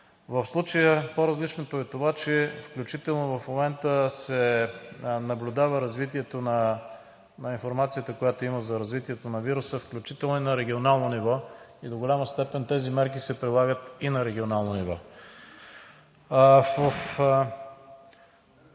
В случая по-различното е това, включително и в момента, че се наблюдава развитие на информацията, която има за вируса, включително и на регионално ниво – и до голяма степен тези мерки се прилагат и на регионално ниво.